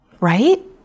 Right